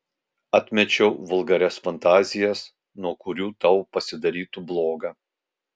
atmečiau vulgarias fantazijas nuo kurių tau pasidarytų bloga